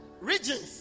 regions